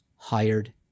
hired